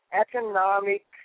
economic